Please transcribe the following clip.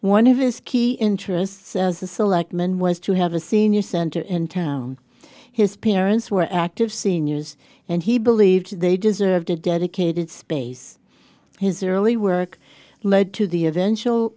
one of his key interests as the selectmen was to have a senior center in town his parents were active seniors and he believed they deserved a dedicated space his early work led to the eventual